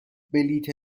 بلیت